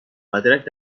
مدرک